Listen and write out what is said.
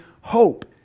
hope